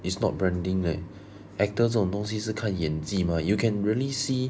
it's not branding leh actors 这种东西是看演技 mah you can really see